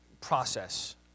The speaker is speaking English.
process